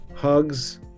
hugs